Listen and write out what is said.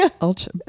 Ultra